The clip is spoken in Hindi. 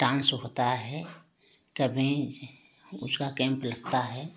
डांस होता है कभी उसका कैंप लगता है